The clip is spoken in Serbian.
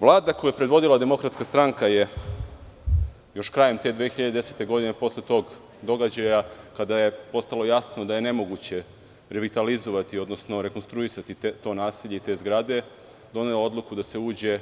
Vlada koju je predvodila DS je još krajem te 2010. godine, posle tog događaja, kada je postalo jasno da je nemoguće revitalizovati, odnosno rekonstruisati to naselje i te zgrade, donela odluku da se uđe